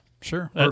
Sure